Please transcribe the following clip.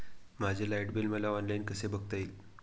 माझे light bill मला online कसे बघता येईल?